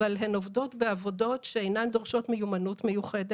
אבל הן עובדות בעבודות שאינן דורשות מהן מיומנות מיוחדת.